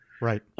Right